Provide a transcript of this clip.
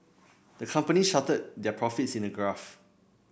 the company charted their profits in a graph